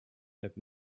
that